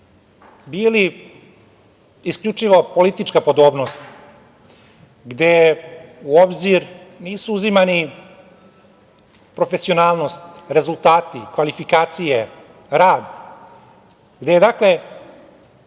bili isključivo politička podobnost, gde u obzir nisu uzimani profesionalnost, rezultati, kvalifikacije, rad, gde je